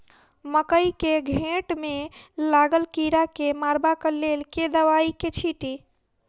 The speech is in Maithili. मकई केँ घेँट मे लागल कीड़ा केँ मारबाक लेल केँ दवाई केँ छीटि?